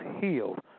healed